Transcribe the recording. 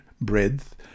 breadth